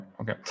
okay